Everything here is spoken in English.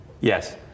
Yes